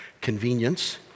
convenience